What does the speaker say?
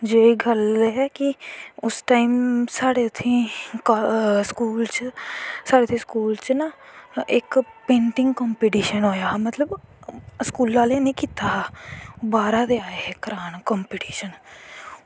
जेह्ड़ी गल्ल ऐ कि उस टैम साढ़ै उत्थैं स्कूल साढ़े स्कूल च ना इक पेंटिंग कंपिटिशन होआ हा मतलव स्कूल आह्लें नी कीता हा बाह्रा दा आए दे करान कंपिटिशन